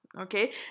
okay